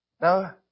No